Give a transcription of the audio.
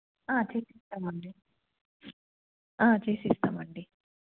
చేసి ఇస్తామండి చేసి ఇస్తామండి